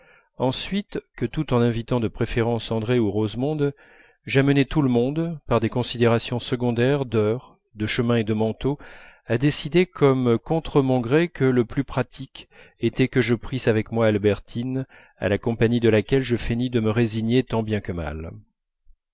ensuite que tout en invitant de préférence andrée ou rosemonde j'amenai tout le monde par des considérations secondaires d'heure de chemin et de manteaux à décider comme contre mon gré que le plus pratique était que je prisse avec moi albertine à la compagnie de laquelle je feignis de me résigner tant bien que mal